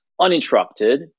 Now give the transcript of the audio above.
uninterrupted